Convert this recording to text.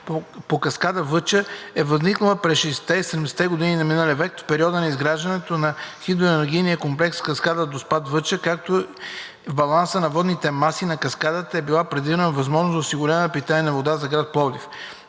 от каскада „Въча“ е възникнала през 60-те – 70-те години на миналия век, в периода на изграждане на хидроенергийния комплекс - каскада „Доспат – Въча“, като в баланса на водните маси на каскадата е била предвидена възможност за осигуряване на питейна вода за град Пловдив.